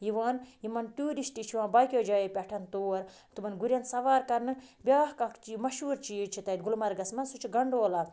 یِوان یِمَن ٹیوٗرِسٹ چھِ یِوان باقٕیو جایو پٮ۪ٹھ تور تِمَن گُرٮ۪ن سوار کَرنہٕ بیٛاکھ اَکھ چھِ مشہوٗر چیٖز چھِ تَتہِ گُلمرگَس منٛز سُہ چھُ گنڈولا